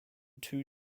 two